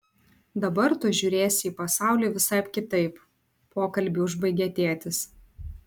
dabar tu žiūrėsi į pasaulį visai kitaip pokalbį užbaigė tėtis